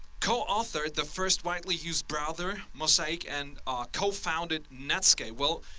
co-authored the first widely-used browser, mosaic, and co-founded netscape. well,